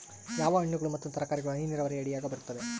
ಯಾವ ಹಣ್ಣುಗಳು ಮತ್ತು ತರಕಾರಿಗಳು ಹನಿ ನೇರಾವರಿ ಅಡಿಯಾಗ ಬರುತ್ತವೆ?